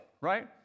right